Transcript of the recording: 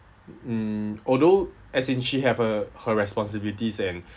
mm although as in she have her her responsibilities and